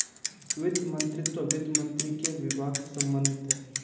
वित्त मंत्रीत्व वित्त मंत्री के विभाग से संबंधित है